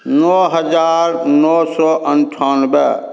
नओ हजार नओ सए अन्ठानबे